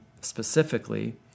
specifically